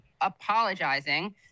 apologizing